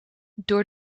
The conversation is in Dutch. door